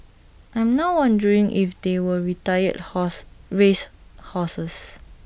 I'm now wondering if they were retired horse race horses